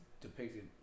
depicted